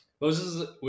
Moses